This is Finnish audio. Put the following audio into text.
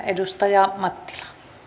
edustaja mattila